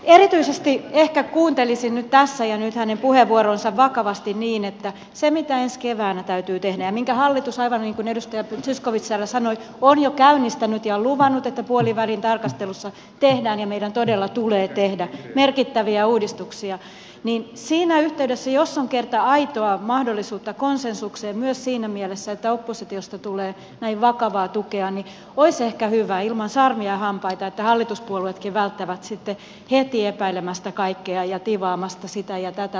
erityisesti ehkä kuuntelisin nyt tässä ja nyt hänen puheenvuoronsa vakavasti niin että se mitä ensi keväänä täytyy tehdä ja minkä hallitus aivan niin kuin edustaja zyskowicz täällä sanoi on jo käynnistänyt ja luvannut että puolivälin tarkastelussa tehdään ja meidän todella tulee tehdä merkittäviä uudistuksia niin siinä yhteydessä jos on kerta aitoa mahdollisuutta konsensukseen myös siinä mielessä että oppositiosta tulee näin vakavaa tukea olisi ehkä hyvä ilman sarvia ja hampaita että hallituspuolueetkin välttävät sitten heti epäilemästä kaikkea ja tivaamasta sitä ja tätä ratkaisua